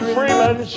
Freeman